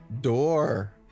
door